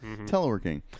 teleworking